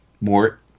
more